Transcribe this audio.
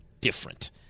different